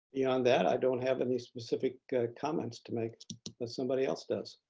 beyond that, i don't have any specific comments to make unless somebody else does.